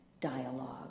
dialogue